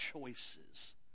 choices